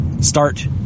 start